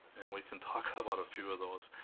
we can talk about a few of those.